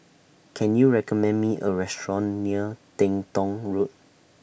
Can YOU recommend Me A Restaurant near Teng Tong Road